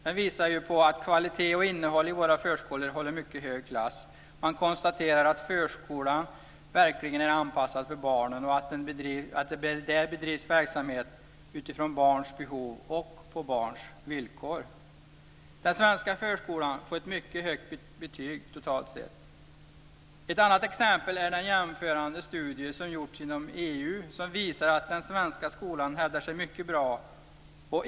Den visar på att kvalitet och innehåll i våra förskolor håller mycket hög klass. Man konstaterar att förskolan verkligen är anpassad för barnen och att det där bedrivs verksamhet utifrån barns behov och på barns villkor. Den svenska förskolan får ett mycket högt betyg totalt sett. Ett annat exempel är den jämförande studie som gjorts inom EU som visar att den svenska skolan hävdar sig mycket bra.